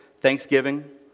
thanksgiving